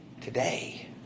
today